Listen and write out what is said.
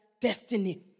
destiny